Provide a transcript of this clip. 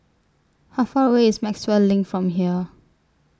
How Far away IS Maxwell LINK from here